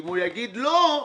אם הוא יגיד "לא",